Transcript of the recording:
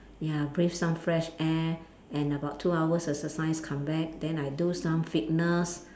ya breathe some fresh air and about two hours exercise come back then I do some fitness